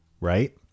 Right